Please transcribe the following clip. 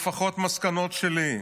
או לפחות מסקנות שלי.